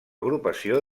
agrupació